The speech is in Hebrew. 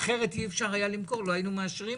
ובאמת אישרנו את